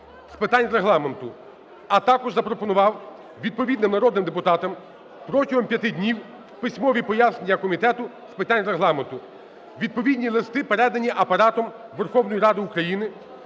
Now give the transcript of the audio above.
з питань Регламенту, а також запропонував відповідним народним депутатам протягом п'яти днів письмові пояснення Комітету з питань Регламенту. Відповідні листи передані Апаратом Верховної Ради України